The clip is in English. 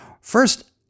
First